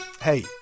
Hey